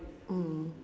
mm